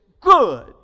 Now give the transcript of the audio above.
good